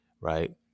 right